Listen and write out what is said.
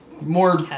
more